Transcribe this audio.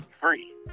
free